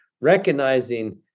recognizing